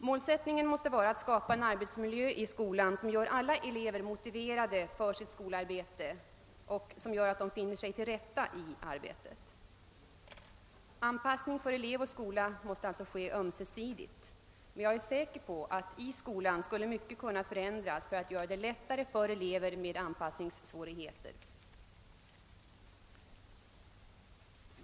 Målsättningen måste vara att skapa en arbetsmiljö i skolan som gör alla elever motiverade för sitt skolarbete och som bidrar till att de finner 'sig till rätta där. Anpassningen av elev och skola måste alltså ske ömsesidigt, men jag är säker på att mycket skulle kunna förändras i skolan för att underlätta situationen för elever med anpassningsproblem.